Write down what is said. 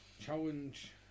Challenge